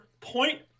point